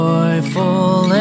Joyful